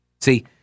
See